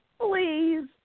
please